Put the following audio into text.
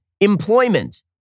employment